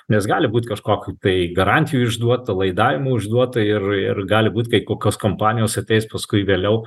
nes gali būt kažkokių tai garantijų išduota laidavimų išduota ir ir gali būt kai kokios kompanijos ateis paskui vėliau